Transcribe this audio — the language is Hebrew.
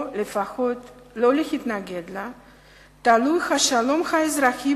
או לפחות לא להתנגד לה, תלוי השלום האזרחי